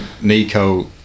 Nico